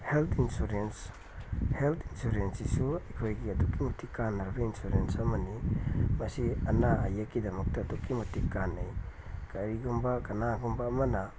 ꯍꯦꯜ insurance health ꯏꯟꯁꯨꯔꯦꯟꯁꯁꯤꯁꯨ ꯑꯩꯈꯣꯏꯒꯤ ꯑꯗꯨꯛꯀꯤ ꯃꯇꯤꯛ ꯀꯥꯟꯅꯔꯕ ꯏꯟꯁꯨꯔꯦꯟꯁ ꯑꯃꯅꯤ ꯃꯁꯤ ꯑꯅꯥ ꯑꯌꯦꯛꯀꯤꯗꯃꯛꯇ ꯑꯗꯨꯛꯀꯤ ꯃꯇꯤꯛ ꯀꯥꯟꯅꯩ ꯀꯔꯤꯒꯨꯝꯕ ꯀꯅꯥꯒꯨꯝꯕ ꯑꯃꯅ